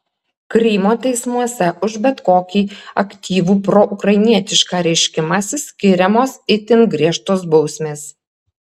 krymo teismuose už bet kokį aktyvų proukrainietišką reiškimąsi skiriamos itin griežtos bausmės